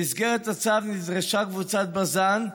במסגרת הצו נדרשה קבוצת בז"ן: